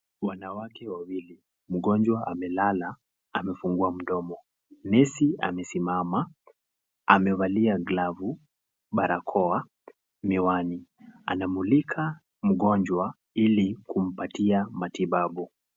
Wanawake wawili, mgonjwa amelala amefungua mdomo nesi amesimama amevalia glavu barakoa miwani anamulika mgonjwa ili kumpatia matibabu.